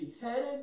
beheaded